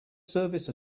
service